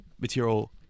material